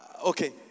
Okay